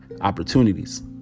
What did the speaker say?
Opportunities